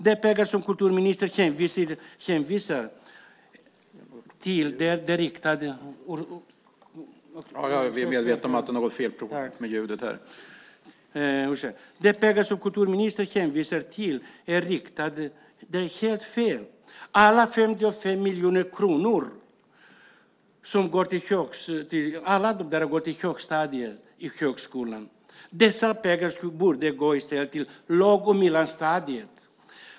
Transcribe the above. Det som kulturministern hänvisar till är helt fel. Alla de 55 miljoner kronorna går till högstadiet, men dessa pengar borde i stället gå till låg och mellanstadiet.